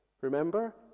Remember